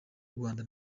rwanda